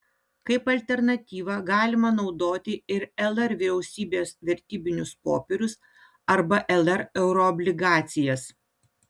kaip alternatyvą galima naudoti ir lr vyriausybės vertybinius popierius arba lr euroobligacijas